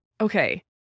Okay